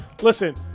Listen